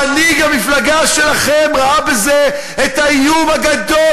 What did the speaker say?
מנהיג המפלגה שלכם ראה בזה את האיום הגדול